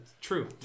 True